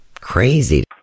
crazy